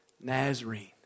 Nazarene